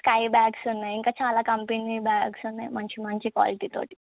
sky bags ఉన్నాయి ఇంకా చాలా కంపెనీ బ్యాగ్స్ ఉన్నాయి మంచి మంచి క్వాలిటీతోటి